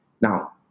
Now